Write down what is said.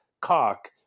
cock